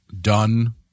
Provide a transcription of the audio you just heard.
done